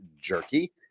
Jerky